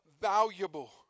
valuable